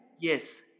Yes